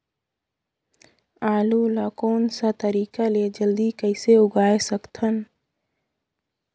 आलू ला कोन सा तरीका ले जल्दी कइसे उगाय सकथन?